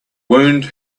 wound